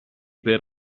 per